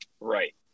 Right